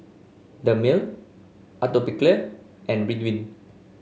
Dermale Atopiclair and Ridwind